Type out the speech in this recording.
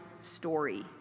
story